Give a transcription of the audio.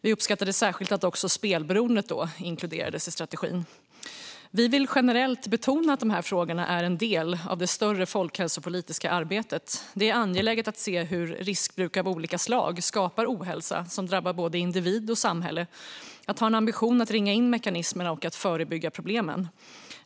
Vi uppskattade särskilt att också spelberoendet inkluderades i strategin. Miljöpartiet vill generellt betona att dessa frågor är en del av det större folkhälsopolitiska arbetet. Det är angeläget att se hur riskbruk av olika slag skapar ohälsa som drabbar både individ och samhälle och att ha en ambition att ringa in mekanismerna och att förebygga problemen.